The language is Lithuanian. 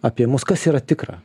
apie mus kas yra tikra